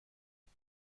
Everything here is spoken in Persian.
بود